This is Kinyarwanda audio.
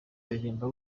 aririmba